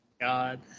god